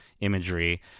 Imagery